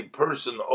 person